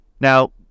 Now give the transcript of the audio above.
Now